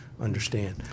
understand